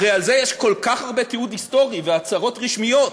הרי על זה יש כל כך הרבה תיעוד היסטורי והצהרות רשמיות,